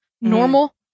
normal